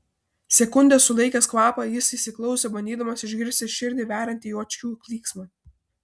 sekundę sulaikęs kvapą jis įsiklausė bandydamas išgirsti širdį veriantį juočkių klyksmą